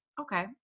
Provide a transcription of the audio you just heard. Okay